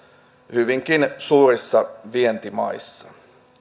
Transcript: hyvinkin suurissa vientimaissa